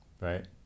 Right